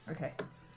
Okay